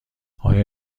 آیا